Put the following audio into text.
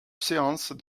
séance